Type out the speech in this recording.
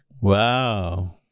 Wow